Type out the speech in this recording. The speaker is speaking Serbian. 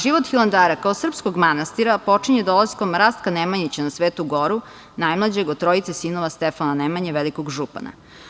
Život Hilandara kao srpskog manastira počinje dolaskom Rastka Nemanjića na Svetu Goru, najmlađeg od trojice sinova Stefana Nemanje, velikog župana.